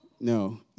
No